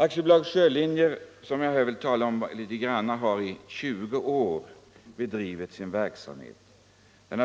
AB Sjölinjer har i 20 år